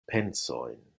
pensojn